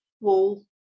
wall